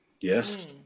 Yes